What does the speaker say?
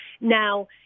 Now